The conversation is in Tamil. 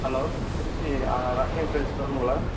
hello Trichy Royal Enfield show ரூம்களா